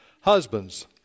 Husbands